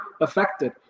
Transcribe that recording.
affected